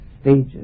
stages